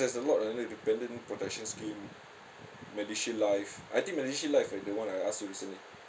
there's a lot on it dependent protection scheme medishield life I think medishield life right the one I ask you recently